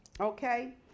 Okay